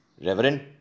Reverend